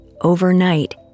overnight